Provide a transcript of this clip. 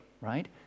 right